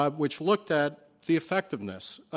ah which looked at the effectiveness,